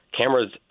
cameras